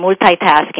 multitasking